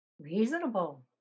reasonable